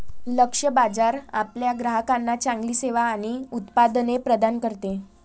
लक्ष्य बाजार आपल्या ग्राहकांना चांगली सेवा आणि उत्पादने प्रदान करते